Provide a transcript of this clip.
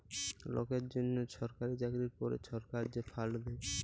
লকের জ্যনহ ছরকারি চাকরির পরে ছরকার যে ফাল্ড দ্যায়